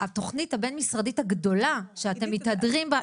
התוכנית הבין משרדית הגדולה שאתם מתהדרים בה,